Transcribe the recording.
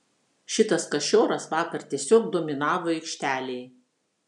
šitas kašioras vakar tiesiog dominavo aikštelėj